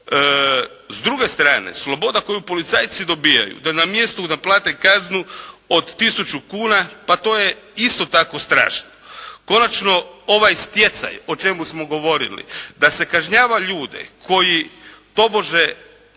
S druge strane, sloboda koju policajci dobivaju da na mjestu naplate kaznu od 1000 kuna pa to je isto tako strašno. Konačno, ovaj stjecaj o čemu smo govorili da se kažnjava ljude koji tobože,